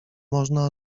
można